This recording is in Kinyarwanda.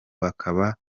bakaba